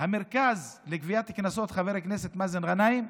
המרכז לגביית קנסות, חבר הכנסת מאזן גנאים,